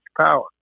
power